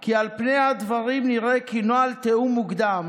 כי על פני הדברים נראה כי נוהל תיאום מוקדם